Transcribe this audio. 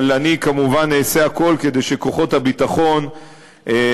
אבל אני כמובן אעשה הכול כדי שכוחות הביטחון יפעלו